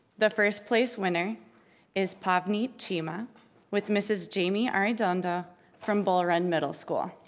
the firsts place winner is pogni chima with mrs. jaime aridanda from bull run middle school.